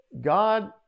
God